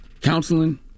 counseling